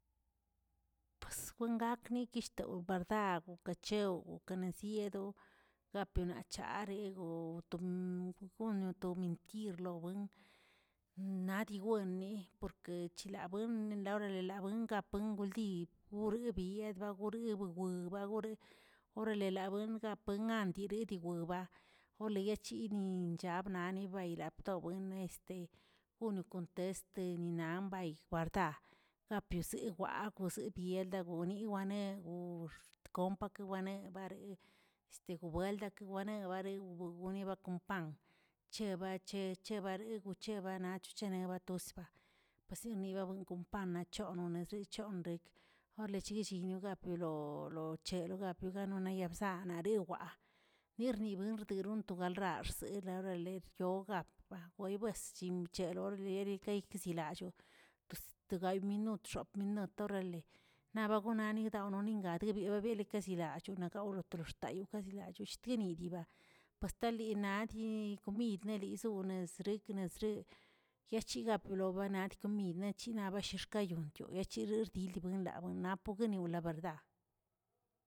Pues wingakni gueshtaoꞌ pardao gokeꞌchaoꞌ okeꞌnesyedoꞌ gapenocharego', to wgon' to mintir lo wen naꞌ diiwendniꞌ porkeꞌ chilabwen en la orale la buen kapunguldi wribadiꞌ wrebagugue gore, orale la bueng- buengandiri dii buen gaa, orale yaachini chabnaniꞌi bayrato bwen este gonoꞌ konteste ninanbay guardaa, gapiozeewaꞌa bieldagonii waneꞌgo'xt kompakeꞌ wanebare, goweldaganeꞌ ware gonida kon pan cheba che chebarigwoꞌ, chebana, chochena tozə pasieni gonane kon pannaꞌ chono nezi chonrik, golech chignichiyik golo lochegolap ganonayepzan ynareꞌwaa nirni bentorak raxsel orale yogapga boybueschimcheroli eroleykiselalloo, tose de gay minut xop minut orale naꞌbagoneꞌ ninagdol naningdaꞌwnonigadiode lekazilallchonaꞌa gaololextayokaꞌ zilachoshikdinidiba puestalilaꞌa yi komid neꞌlizonez rikneri yachigaplonab komid nachixbakan xkayoncho yachirerdin buenlab napogni la verda.